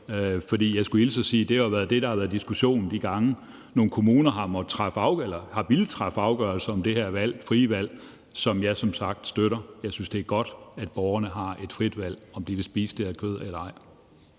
det jo har været det, der har været diskussionen de gange, hvor nogle kommuner har villet træffe en afgørelse om det her frie valg, som jeg som sagt støtter. Jeg synes, det er godt, at borgerne har et frit valg, i forhold til om de vil spise det her kød eller ej.